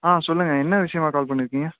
ஆ சொல்லுங்கள் என்ன விஷயமா கால் பண்ணியிருக்கீங்க